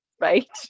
Right